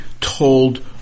told